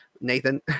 Nathan